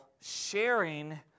sharing